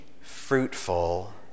fruitful